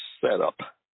setup